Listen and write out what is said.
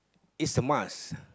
is a must